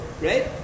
right